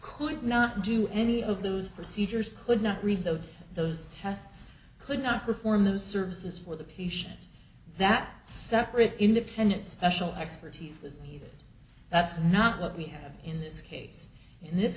could not do any of those procedures could not read though those tests could not perform those services for the patient that separate independent special expertise because that's not what we have in this case in this